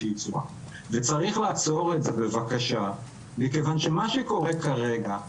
צריך לעצור את זה בבקשה מכיוון שמה שקורה כרגע,